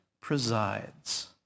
presides